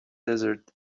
desert